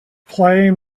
playing